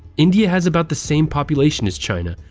india has about the same population as china,